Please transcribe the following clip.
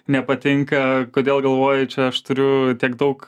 nepatinka kodėl galvoji čia aš turiu tiek daug